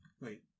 Wait